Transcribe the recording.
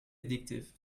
addictive